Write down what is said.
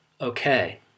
okay